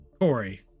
Corey